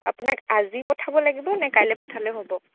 আপোনাক আজি পঠাব লাগিব নে কাইলৈ পঠালে হ'ব